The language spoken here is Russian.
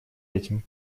этим